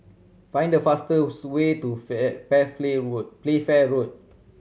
find the fastest way to Playfair Road